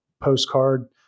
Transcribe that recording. postcard